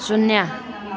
शून्य